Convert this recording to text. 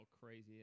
crazy